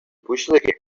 пуҫлӑхӗ